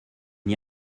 n’y